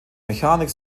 mechanik